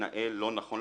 מתנהל לא נכון.